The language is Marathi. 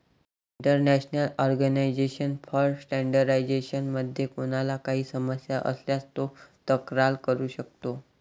इंटरनॅशनल ऑर्गनायझेशन फॉर स्टँडर्डायझेशन मध्ये कोणाला काही समस्या असल्यास तो तक्रार करू शकतो